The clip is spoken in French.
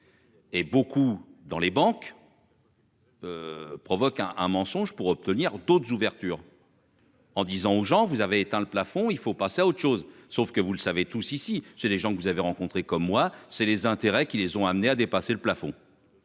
Et beaucoup dans les banques. Provoque un un mensonge pour obtenir d'autres ouvertures. En disant aux gens, vous avez éteint le plafond il faut passer à autre chose, sauf que vous le savez tous, ici, j'ai des gens que vous avez rencontré comme moi c'est les intérêts qui les ont amenés à dépasser le plafond.